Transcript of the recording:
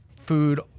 food